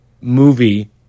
movie